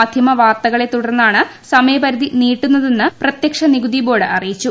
മാധ്യമവാർത്തകളെത്തുടർന്നാണ് സമയപരിധി നീട്ടുന്നതെന്ന് പ്രത്യക്ഷ നികുതി ബോർഡ് അറിയിച്ചു